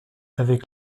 avec